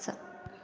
सऽ